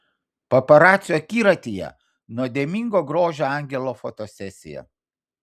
paparacių akiratyje nuodėmingo grožio angelo fotosesija